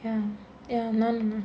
ya ya நானுமா:naanumaa